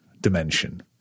dimension